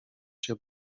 się